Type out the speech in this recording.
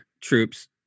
troops